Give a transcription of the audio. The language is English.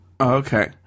okay